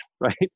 right